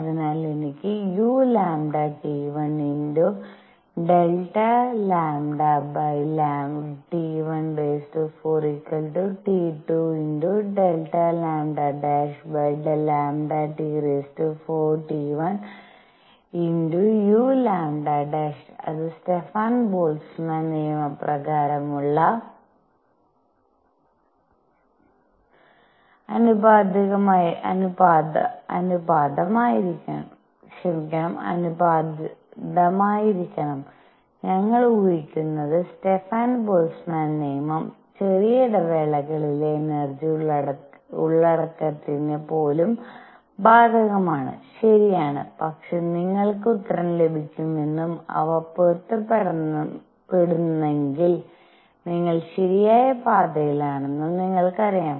അതിനാൽ എനിക്ക് uλT₁ ∆λT₁⁴T²∆λ'λT⁴₁uλ' അത് സ്റ്റെഫാൻ ബോൾട്ട്സ്മാൻ നിയമപ്രകാരമുള്ള അനുപാതമായിരിക്കണം ഞങ്ങൾ ഊഹിക്കുന്നത് സ്റ്റെഫാൻ ബോൾട്ട്സ്മാൻ നിയമം ചെറിയ ഇടവേളകളിലെ എനർജി ഉള്ളടക്കത്തിന് പോലും ബാധകമാണ് ശരിയാണ് പക്ഷേ നിങ്ങൾക്ക് ഉത്തരം ലഭിക്കുമെന്നും അവ പൊരുത്തപ്പെടുന്നെങ്കിൽ നിങ്ങൾ ശരിയായ പാതയിലാണെന്നും നിങ്ങൾക്കറിയാം